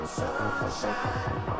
sunshine